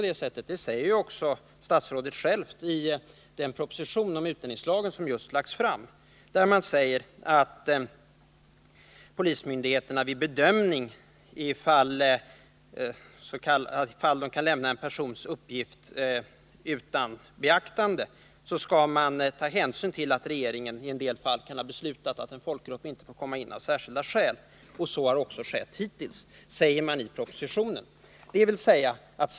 Det säger också statsrådet själv i den proposition om utlänningslagen som just har lagts fram. Där står det att polismyndigheterna kan lämna en persons uppgifter ”utan avseende”, om regeringen av ”särskilda skäl” har beslutat att en folkgrupp inte får komma in i landet. Så har också skett hittills, säger man i propositionen.